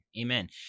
amen